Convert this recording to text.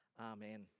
amen